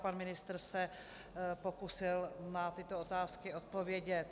Pan ministr se pokusil na tyto otázky odpovědět.